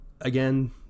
again